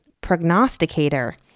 prognosticator